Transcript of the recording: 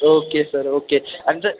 okay sir okay आणि जर